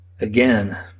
Again